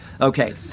Okay